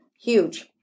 Huge